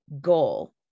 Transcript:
goal